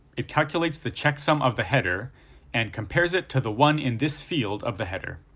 it calculates the checksum of the header and compares it to the one in this field of the header.